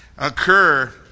Occur